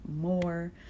more